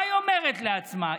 מה היא אומרת לעצמה?